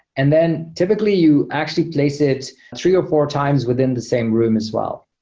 and then typically you actually place it three or four times within the same room as well.